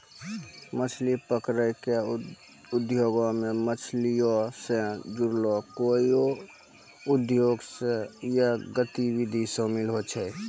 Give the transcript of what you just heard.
मछली पकरै के उद्योगो मे मछलीयो से जुड़लो कोइयो उद्योग या गतिविधि शामिल छै